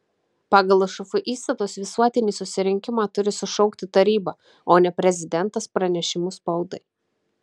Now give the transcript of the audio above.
pagal lšf įstatus visuotinį susirinkimą turi sušaukti taryba o ne prezidentas pranešimu spaudai